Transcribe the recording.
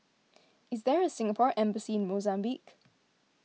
is there a Singapore Embassy in Mozambique